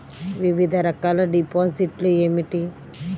వివిధ రకాల డిపాజిట్లు ఏమిటీ?